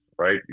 Right